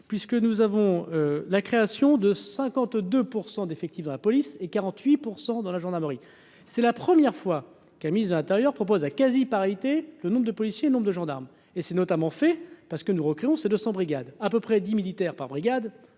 puisque nous avons la création de 52 % d'effectifs dans la police et 48 % dans la gendarmerie, c'est la première fois qu'a mise à l'intérieur propose à quasi-parité le nombre de policiers, nombre de gendarmes et s'est notamment fait parce que nous recueillons ces deux 200 brigade à peu près 10 militaires par brigade,